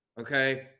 Okay